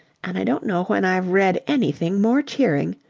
and i don't know when i've read anything more cheering.